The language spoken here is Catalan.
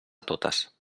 totes